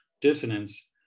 dissonance